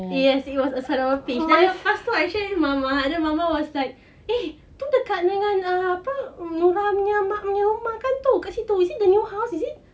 yes it was a son of a peach then lepas tu I share with mama then mama was like eh tu dekat dengan a~ apa rumahnya mak punya rumah kan tu is it the new house is it